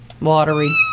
Watery